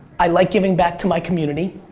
i like giving back to my community.